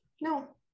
No